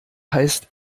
heißt